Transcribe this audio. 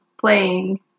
playing